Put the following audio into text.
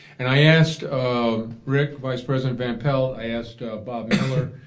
and i asked um rick, vice president van pelt, i asked bob miller,